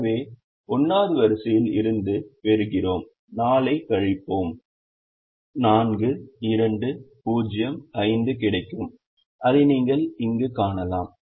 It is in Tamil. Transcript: எனவே 1 வது வரிசையில் இருந்து பெறுகிறோம் 4 ஐக் கழிப்போம் 4 2 0 5 கிடைக்கும் அதை நீங்கள் அங்கு காணலாம்